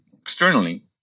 externally